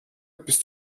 bist